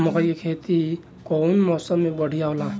मकई के खेती कउन मौसम में बढ़िया होला?